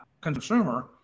consumer